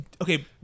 Okay